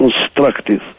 constructive